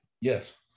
Yes